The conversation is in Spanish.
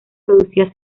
producía